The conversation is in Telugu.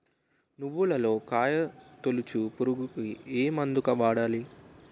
నువ్వులలో కాయ తోలుచు పురుగుకి ఏ మందు వాడాలి?